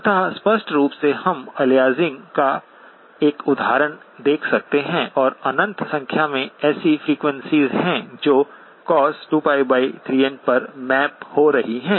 अतः स्पष्ट रूप से हम अलियासिंग का एक उदाहरण देख सकते हैं और अनंत संख्या में ऐसी फ्रेक्वेंसीएस हैं जो cos2π3n पर मैप हो रही हैं